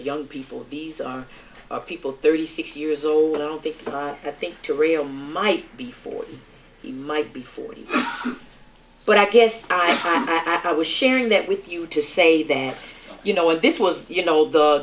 young people these are people thirty six years old i don't think i think to rio might be forty he might be forty but i guess i was sharing that with you to say that you know what this was you know